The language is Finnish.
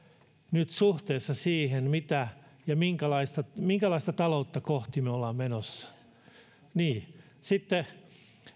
nyt suhteessa siihen minkälaista minkälaista taloutta kohti me olemme menossa sitten